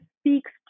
speaks